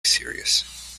serious